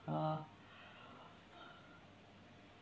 uh